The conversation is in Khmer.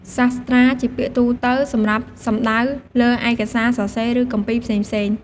សាស្ត្រា ជាពាក្យទូទៅសម្រាប់សំដៅលើឯកសារសរសេរ ឬគម្ពីរផ្សេងៗ។